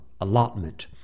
allotment